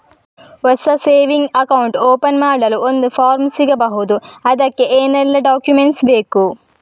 ಹೊಸ saving account open ಮಾಡಲು ಒಂದು ಫಾರ್ಮ್ ಸಿಗಬಹುದು? ಅದಕ್ಕೆ ಏನೆಲ್ಲಾ ಡಾಕ್ಯುಮೆಂಟ್ಸ್ ಬೇಕು?